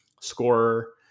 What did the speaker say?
scorer